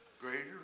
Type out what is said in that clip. Greater